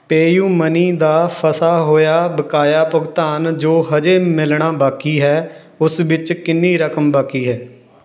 PayU money ਦਾ ਫਸਾ ਹੋਇਆ ਬਕਾਇਆ ਭੁਗਤਾਨ ਜੋ ਹਜੇ ਮਿਲਣਾ ਬਾਕੀ ਹੈ ਉਸ ਵਿੱਚ ਕਿੰਨੀ ਰਕਮ ਬਾਕੀ ਹੈ